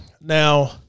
Now